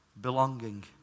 belonging